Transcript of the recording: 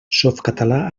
softcatalà